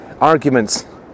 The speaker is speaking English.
arguments